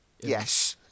Yes